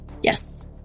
Yes